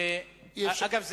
אגב,